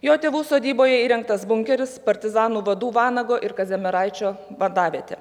jo tėvų sodyboje įrengtas bunkeris partizanų vadų vanago ir kazimieraičio vadavietė